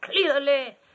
clearly